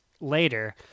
later